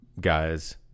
guys